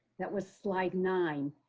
that was slide nine.